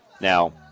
Now